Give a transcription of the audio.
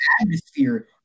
atmosphere